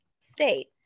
state